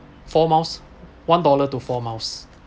four miles one dollar to four miles